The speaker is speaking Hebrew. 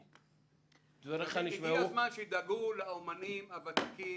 הגיע הזמן שידאגו לאומנים הוותיקים,